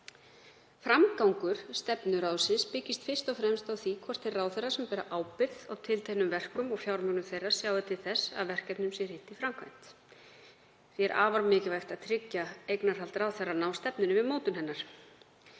Framgangur stefnu ráðsins byggist fyrst og fremst á því hvort þeir ráðherrar sem bera ábyrgð á tilteknum verkum og fjármögnun þeirra sjái til þess að verkefnunum verði hrint í framkvæmd. Það er því afar mikilvægt að tryggja eignarhald ráðherranna á stefnunni við mótun hennar.